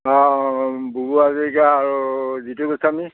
অঁ বুবু হাজৰিকা আৰু জিতু গোস্বামী